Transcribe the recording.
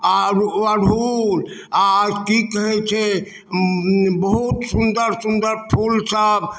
आओर ओ अड़हूल आओर की कहै छै बहुत सुन्दर सुन्दर फूलसब